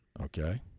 Okay